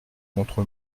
contre